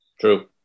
True